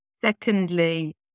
Secondly